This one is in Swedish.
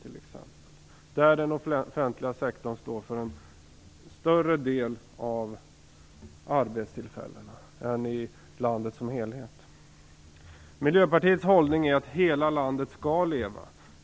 Där står ju den offentliga sektorn för en större del av arbetstillfällena jämfört med hur det är i landet som helhet. Miljöpartiets hållning är att hela landet skall leva.